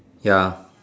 ya